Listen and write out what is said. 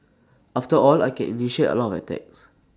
after all I can initiate A lot attacks